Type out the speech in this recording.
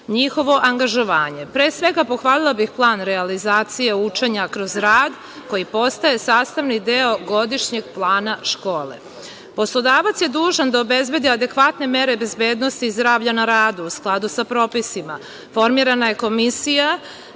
njihovo angažovanje. Pre svega, pohvalila bih plan realizacije učenja kroz rad, koji postaje sastavni deo godišnjeg plana škole. Poslodavac je dužan da obezbedi adekvatne mere bezbednosti zdravlja na radu u skladu sa propisima, formirana je komisija